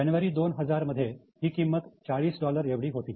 जानेवारी 2000 मध्ये ही किंमत 40 एवढी होती